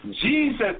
Jesus